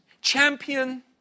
champion